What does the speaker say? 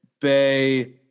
Bay –